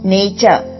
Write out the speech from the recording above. nature